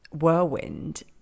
whirlwind